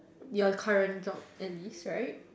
your current job at this right